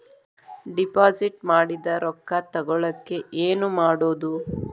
Deposit ಮಾಡಿದ ರೊಕ್ಕ ತಗೋಳಕ್ಕೆ ಏನು ಮಾಡೋದು?